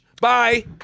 Bye